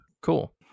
Cool